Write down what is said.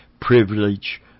privilege